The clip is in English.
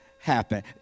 happen